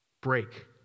break